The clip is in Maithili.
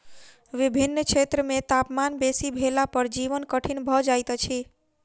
विभिन्न क्षेत्र मे तापमान बेसी भेला पर जीवन कठिन भ जाइत अछि